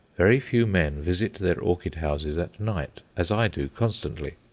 very few men visit their orchid-houses at night, as i do constantly.